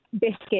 Biscuit